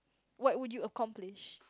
what would you accomplish